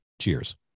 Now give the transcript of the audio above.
Cheers